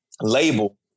label